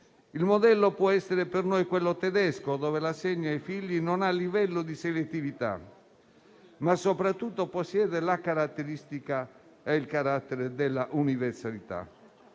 Il modello può essere per noi quello tedesco, dove l'assegno ai figli non ha livello di selettività, ma soprattutto possiede il carattere dell'universalità.